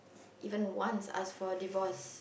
even once ask for a divorce